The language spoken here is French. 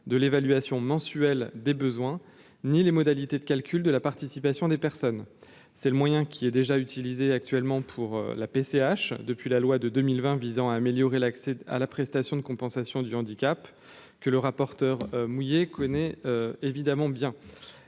de l'évaluation mensuelle des besoins ni les modalités de calcul de la participation des personnes, c'est le moyen qui est déjà utilisée actuellement pour la PCH depuis la loi de 2020, visant à améliorer l'accès à la prestation de compensation du handicap que le rapporteur mouillé connaît évidemment bien